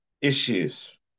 issues